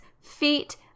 feet